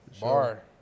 bar